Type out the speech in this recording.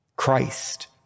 Christ